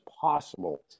possible